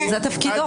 זה תפקידו.